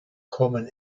common